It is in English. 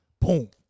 Boom